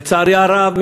לצערי הרב,